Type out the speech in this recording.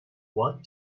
what